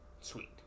Sweet